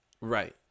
right